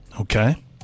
Okay